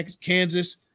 Kansas